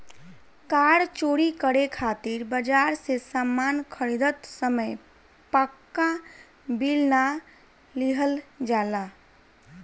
कार चोरी करे खातिर बाजार से सामान खरीदत समय पाक्का बिल ना लिहल जाला